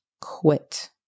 quit